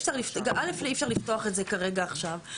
א', אי אפשר לפתוח את זה כרגע עכשיו.